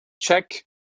check